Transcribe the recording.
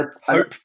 hope